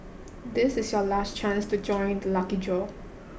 this is your last chance to join the lucky draw